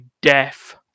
death